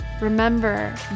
Remember